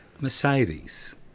Mercedes